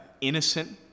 innocent